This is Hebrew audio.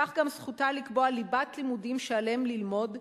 כך גם זכותה לקבוע ליבת לימודים שעליהם ללמוד,